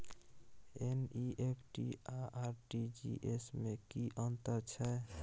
NEFT आ RTGS में की अन्तर छै?